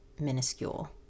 minuscule